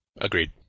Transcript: Agreed